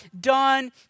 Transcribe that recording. done